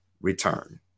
return